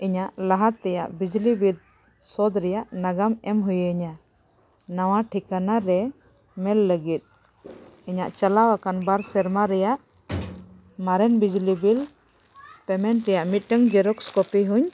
ᱤᱧᱟᱹᱜ ᱞᱟᱦᱟ ᱛᱮᱭᱟᱜ ᱵᱤᱡᱽᱞᱤ ᱥᱳᱫᱷ ᱨᱮᱭᱟᱜ ᱱᱟᱜᱟᱢ ᱮᱢ ᱦᱩᱭᱟᱹᱧᱟᱹ ᱱᱟᱣᱟ ᱴᱷᱤᱠᱟᱱᱟ ᱨᱮ ᱢᱮᱱ ᱞᱟᱹᱜᱤᱫ ᱤᱧᱟᱜ ᱪᱟᱞᱟᱣ ᱟᱠᱟᱱ ᱵᱟᱨ ᱥᱮᱨᱢᱟ ᱨᱮᱭᱟᱜ ᱢᱟᱨᱮᱱ ᱵᱤᱡᱽᱞᱤ ᱨᱮᱭᱟᱜ ᱢᱤᱫᱴᱟᱝ ᱦᱚᱧ